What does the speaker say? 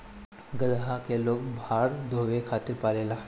गदहा के लोग भार ढोवे खातिर पालेला